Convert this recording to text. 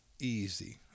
Easy